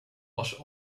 was